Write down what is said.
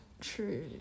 True